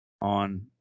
on